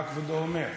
מה כבודו אומר?